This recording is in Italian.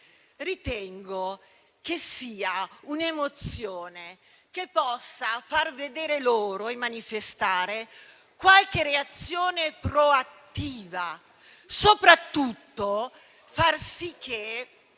ritengo che sia un'emozione che possa far vedere loro e manifestare qualche reazione proattiva e soprattutto far sì che